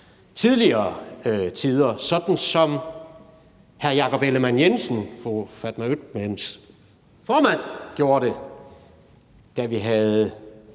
det her, sådan som hr. Jakob Ellemann-Jensen, altså fru Fatma Øktems formand, gjorde det, da vi havde